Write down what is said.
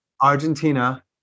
Argentina